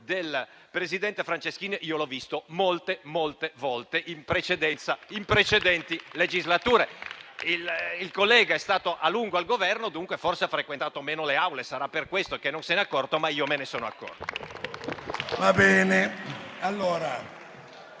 del presidente Franceschini e l'ho visto molte volte in precedenti legislature. Il collega è stato a lungo al Governo e, dunque, forse ha frequentato meno le Aule. Sarà per questo che non se n'è accorto, ma io me ne sono accorto.